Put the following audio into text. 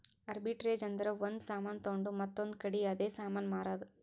arbitrage ಅಂದುರ್ ಒಂದ್ ಸಾಮಾನ್ ತೊಂಡು ಮತ್ತೊಂದ್ ಕಡಿ ಅದೇ ಸಾಮಾನ್ ಮಾರಾದ್